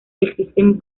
existen